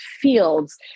fields